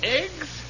eggs